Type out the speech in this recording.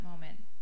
moment